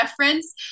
reference